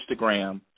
Instagram